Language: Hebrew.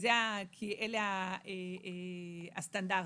אלה הסטנדרטים,